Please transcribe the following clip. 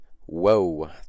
Whoa